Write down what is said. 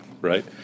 right